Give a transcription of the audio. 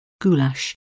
goulash